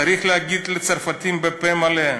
צריך להגיד לצרפתים בפה מלא: